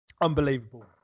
Unbelievable